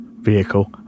vehicle